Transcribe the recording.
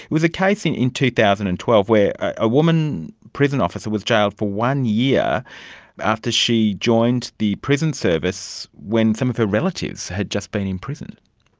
it was a case and in two thousand and twelve where a woman prison officer was jailed for one year after she joined the prison service when some of her relatives had just been in prison.